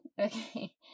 okay